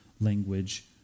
language